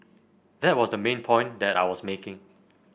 that was the main point that I was making